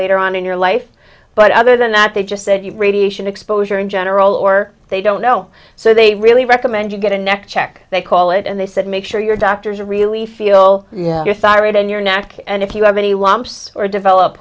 later on in your life but other than that they just said you radiation exposure in general or they don't know so they really recommend you get a neck check they call it and they said make sure your doctors really feel yeah your thyroid in your neck and if you have any wampus or develop